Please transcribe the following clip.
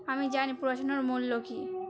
আমি জানি পড়াশোনার মূল্য কী